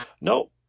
no